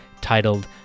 titled